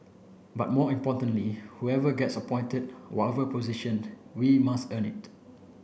but more importantly whoever gets appointed whatever position we must earn it